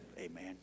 Amen